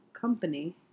company